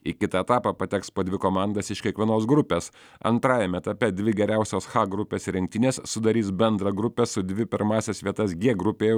į kitą etapą pateks po dvi komandas iš kiekvienos grupės antrajam etape dvi geriausios h grupės rinktinės sudarys bendrą grupę su dvi pirmąsias vietas g grupėje